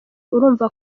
urumva